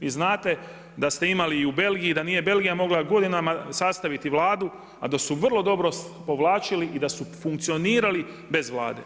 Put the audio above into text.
Vi znate da ste imali i u Belgiji, da nije Belgija mogla godinama sastaviti Vladu, a da su vrlo dobro povlačili i da su funkcionirali bez Vlade.